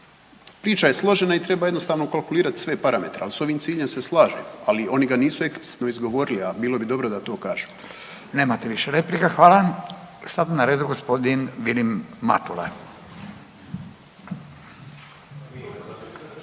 Priča je složena i treba jednostavno ukalkulirat sve parametre, al s ovim ciljem se slažem, ali oni ga nisu eksplicitno izgovorili, al bilo bi dobro da to kažu. **Radin, Furio (Nezavisni)** Nemate više replika, hvala. Sad je na redu g. Vilim Matula,